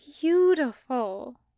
beautiful